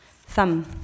Thumb